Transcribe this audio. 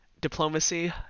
diplomacy